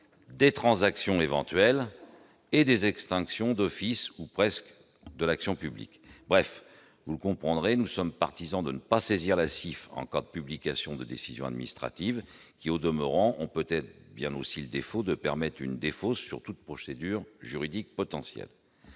des transactions éventuelles et des extinctions d'office ou presque de l'action publique ! Nous sommes donc partisans de ne pas saisir la CIF en cas de publication de décisions administratives. Au demeurant, celles-ci ont peut-être aussi le défaut de permettre une défausse sur toute procédure juridique potentielle.